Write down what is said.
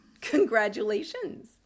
Congratulations